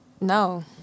No